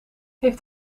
heeft